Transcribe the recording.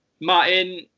Martin